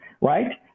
right